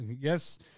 Yes